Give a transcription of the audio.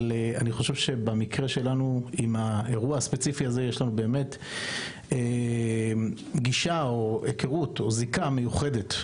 באירוע הספציפי הזה יש לנו זיקה מיוחדת,